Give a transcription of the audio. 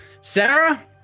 Sarah